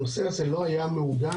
הנושא הזה לא היה מעוגן